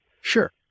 Sure